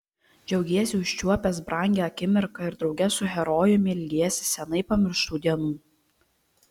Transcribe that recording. džiaugiesi užčiuopęs brangią akimirką ir drauge su herojumi ilgiesi seniai pamirštų dienų